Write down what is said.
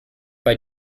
bei